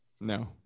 no